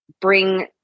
bring